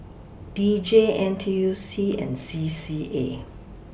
D J N T U C and C C A